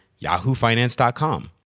YahooFinance.com